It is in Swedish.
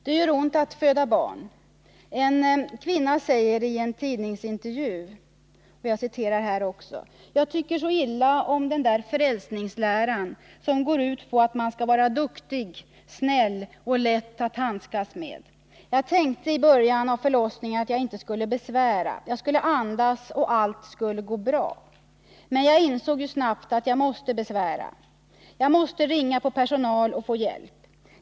Det gör ont att föda barn. En kvinna säger i en tidningsintervju: ”Jag tycker så illa om den där frälsningsläran som går ut på att man ska vara duktig, snäll och lätt att handskas med. Jag tänkte i början av förlossningen att jag inte skulle besvära. Jag skulle andas och allt skulle gå bra. Men jag insåg ju snabbt att jag måste ”besvära”, jag måste ringa på personal och få hjälp.